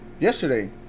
yesterday